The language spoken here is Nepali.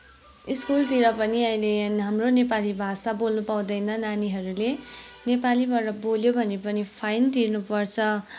स्कुलतिर पनि अहिले हाम्रो नेपाली भाषा बोल्न पाउँदैन नानीहरूले नेपालीबाट बोल्यो भने पनि फाइन तिर्नु पर्छ